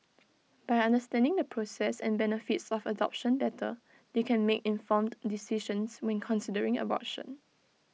by understanding the process and benefits of adoption better they can make informed decisions when considering abortion